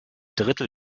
drittel